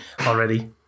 already